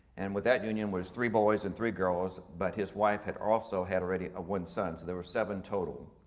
and with that union was three boys and three girls, but his wife had also had already a one son. so there were seven total.